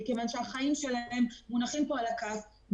החיים שלהם מונחים פה על הכף.